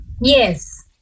yes